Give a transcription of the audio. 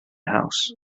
house